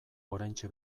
oraintxe